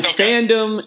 fandom